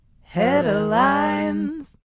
Headlines